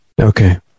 Okay